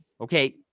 Okay